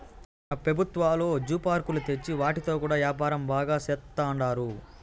మన పెబుత్వాలు జూ పార్కులు తెచ్చి వాటితో కూడా యాపారం బాగా సేత్తండారు